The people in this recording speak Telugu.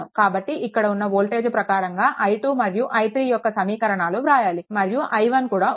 కాబట్టి ఇక్కడ ఉన్న వోల్టేజ్ ప్రకారంగా i2 మరియు i3 యొక్క సమీకరణాలు వ్రాయాలి మరియు i1 కూడా ఉంది